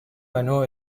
ganó